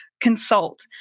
consult